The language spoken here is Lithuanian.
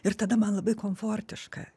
ir tada man labai komfortiška